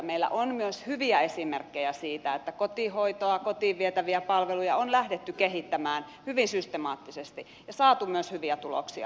meillä on myös hyviä esimerkkejä siitä että kotihoitoa kotiin vietäviä palveluja on lähdetty kehittämään hyvin systemaattisesti ja saatu myös hyviä tuloksia aikaiseksi